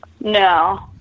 No